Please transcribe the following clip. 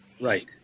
Right